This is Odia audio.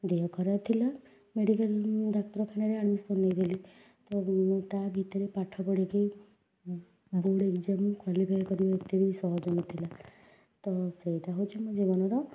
ଦେହ ଖରାପ ଥିଲା ମେଡ଼ିକାଲ ଡାକ୍ତରଖାନରେ ଆଡ଼ମିସନ୍ ନେଇଗଲି ତ ତା'ଭିତରେ ପାଠ ପଢ଼ିକି ବୋର୍ଡ଼ ଏକ୍ଜାମ୍ କ୍ୱାଲିଫାଇ କରିବା ଏତେ ବି ସହଜ ନ ଥିଲା ତ ସେଇଟା ହେଉଛି ମୋ ଜୀବନର